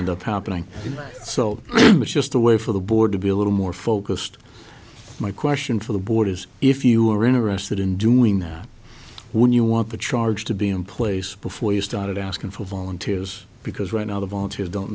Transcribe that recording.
end up happening and so it's just a way for the board to be a little more focused my question for the board is if you were interested in doing that when you want the charge to be in place before you started asking for volunteers because right now the volunteers don't